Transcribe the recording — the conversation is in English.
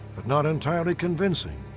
but not entirely convincing,